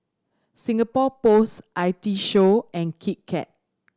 Singapore Post I T Show and Kit Kat